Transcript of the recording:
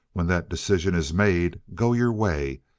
when that decision is made, go your way.